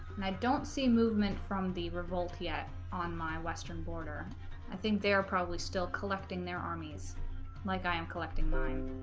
and i don't see movement from the revolt yet on my western border i think they're probably still collecting their armies like i am collecting